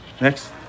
Next